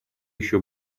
еще